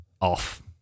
off